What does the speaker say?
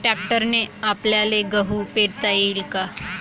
ट्रॅक्टरने आपल्याले गहू पेरता येईन का?